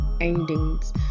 endings